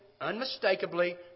unmistakably